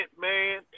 man